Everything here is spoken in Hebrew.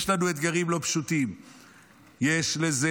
יש לנו אתגרים לא פשוטים.